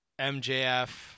MJF